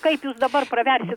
kaip jūs dabar praversit